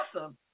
awesome